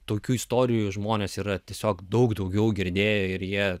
tokių istorijų žmonės yra tiesiog daug daugiau girdėję ir jie